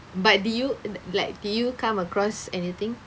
but did you li~ like did you come across anything